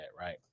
Right